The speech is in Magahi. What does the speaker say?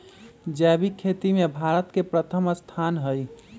जैविक खेती में भारत के प्रथम स्थान हई